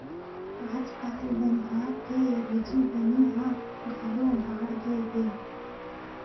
आजकाल बनिहार के रोजी बनी ह घलो बाड़गे हे